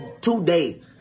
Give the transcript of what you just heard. today